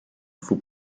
full